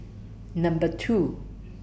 Number two